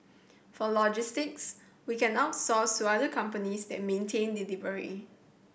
for logistics we can outsource to other companies that maintain delivery